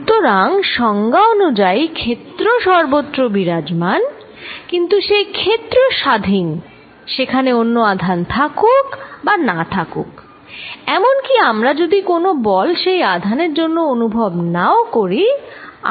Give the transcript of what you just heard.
সুতরাং সংজ্ঞা অনুযায়ী ক্ষেত্র সর্বত্র বিরাজমান কিন্তু সেই ক্ষেত্র স্বাধীন সেখানে অন্য আধান থাকুক বা না থাকুক এমনকি আমরা যদি কোন বল সেই আধানের জন্য অনুভব নাও করি